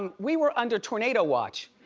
we were under tornado watch.